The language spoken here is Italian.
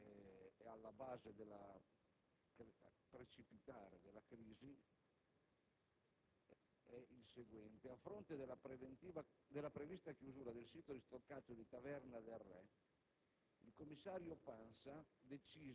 Altro punto alla base del precipitare della crisi è stato il seguente: